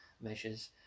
measures